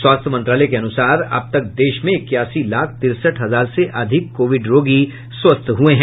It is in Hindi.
स्वास्थ्य मंत्रालय के अनुसार अब तक देश में इक्यासी लाख तिरसठ हजार से अधिक कोविड रोगी स्वस्थ हो चुके हैं